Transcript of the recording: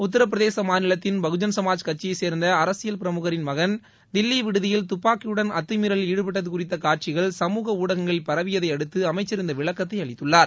உத்தரப்பிரதேச மாநிலத்தின் பகுஜள்சமாஜ் கட்சியை சேர்ந்த அரசியல் பிரமுகரின் மகன் தில்லி விடுதியில் துப்பாக்கியுடன் அத்துமீறலில் ஈடுபட்டது குறித்த காட்சிகள் சமூக ஊடகங்களில் பரவியதையடுத்து அமைச்சர் இந்த விளக்கத்தை அளித்துள்ளார்